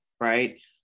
right